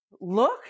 look